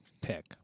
pick